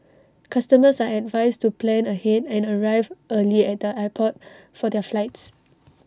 customers are advised to plan ahead and arrive early at the airport for their flights